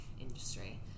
industry